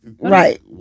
Right